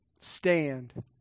Stand